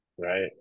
Right